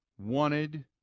wanted